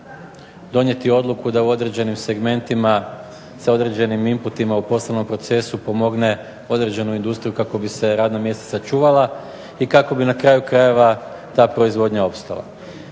donijeti odluku da u određenim segmentima sa određenim inputima u posebnom procesu pomogne određenu industriju kako bi se radna mjesta sačuvala i kako bi na kraju krajeva ta proizvodnja opstala.